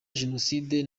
jenoside